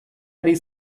ari